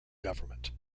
government